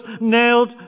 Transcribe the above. nailed